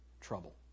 Trouble